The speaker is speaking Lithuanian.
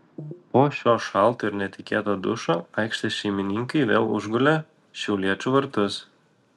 po šio šalto ir netikėto dušo aikštės šeimininkai vėl užgulė šiauliečių vartus